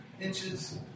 inches